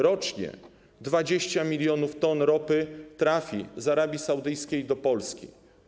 Rocznie 20 mln t ropy trafi z Arabii Saudyjskiej do Polski.